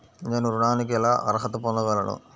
నేను ఋణానికి ఎలా అర్హత పొందగలను?